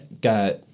got